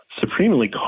supremely